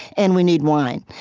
and we need wine.